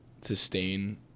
sustain